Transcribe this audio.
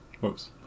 Whoops